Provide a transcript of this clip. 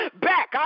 Back